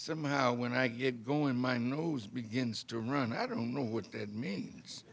somehow when i get going my nose begins to run i don't know what that means